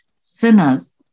sinners